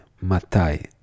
Matai